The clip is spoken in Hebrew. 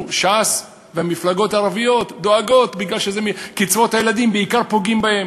ש"ס והמפלגות הערביות דואגות מכיוון שבקצבאות הילדים בעיקר פוגעים בהן,